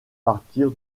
partir